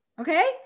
Okay